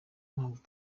mpamvu